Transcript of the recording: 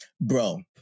Bro